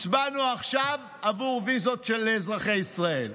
הצבענו עכשיו עבור ויזות של אזרחי ישראל.